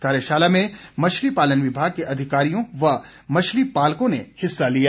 कार्यशाला में मछली पालन विभाग के अधिकारियों व मछली पालकों ने हिस्सा लिया